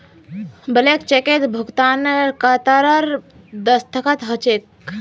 blank चेकत भुगतानकर्तार दस्तख्त ह छेक